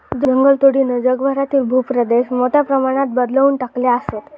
जंगलतोडीनं जगभरातील भूप्रदेश मोठ्या प्रमाणात बदलवून टाकले आसत